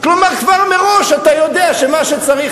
כלומר כבר מראש אתה יודע שמה שצריך,